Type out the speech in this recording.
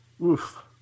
Oof